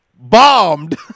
bombed